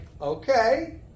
okay